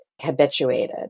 habituated